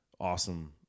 awesome